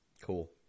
Cool